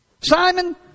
Simon